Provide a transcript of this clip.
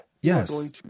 Yes